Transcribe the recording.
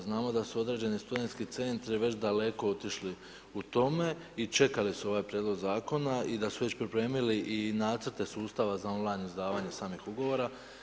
Znamo da su određeni studentski centri već daleko otišli u tome i čekali su ovaj prijedloga zakona i da su već pripremili i nacrte sustava za on-line izdavanje samih ugovora.